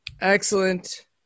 Excellent